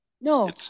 no